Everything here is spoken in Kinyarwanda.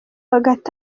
hagati